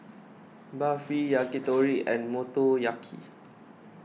Barfi Yakitori and Motoyaki